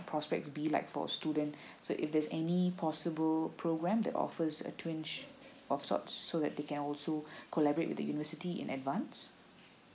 prospect to be like for students so if there's any possible program that offers a twitch of sort so that they can also collaborate with the university in advance